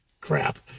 crap